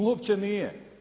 Uopće nije.